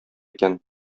икән